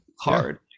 hard